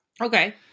Okay